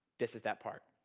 this is that part.